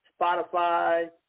Spotify